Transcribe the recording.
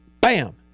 bam